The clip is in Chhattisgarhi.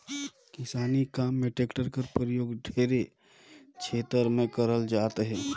किसानी काम मे टेक्टर कर परियोग ढेरे छेतर मे करल जात अहे